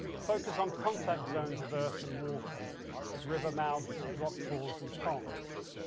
focus on contact zones of earth and water at river mounds, rock falls, and ponds.